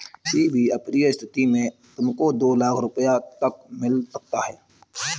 किसी भी अप्रिय स्थिति में तुमको दो लाख़ रूपया तक मिल सकता है